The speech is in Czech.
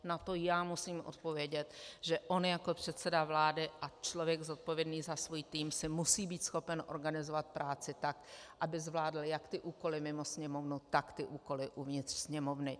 Na to já musím odpovědět, že on jako předseda vlády a člověk zodpovědný za svůj tým si musí být schopen organizovat práci tak, aby zvládl jak úkoly mimo Sněmovnu, tak úkoly uvnitř Sněmovny.